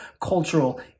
cultural